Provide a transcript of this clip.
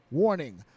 Warning